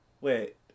Wait